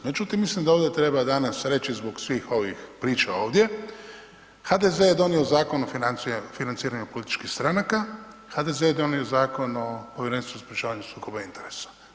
Međutim, mislim da ovdje treba danas reći zbog svih ovih priča ovdje, HDZ-e je donio Zakon o financiranju političkih stranaka, HDZ-e je donio Zakon o Povjerenstvu za sprječavanje sukoba interesa.